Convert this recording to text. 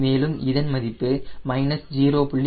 மேலும் இதன் மதிப்பு மைனஸ் 0